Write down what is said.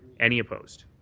any opposed?